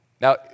Now